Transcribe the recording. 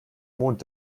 mond